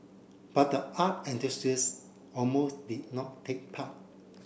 but the art enthusiast almost did not take part